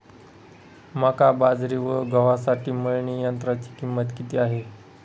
मका, बाजरी व गव्हासाठी मळणी यंत्राची किंमत किती आहे?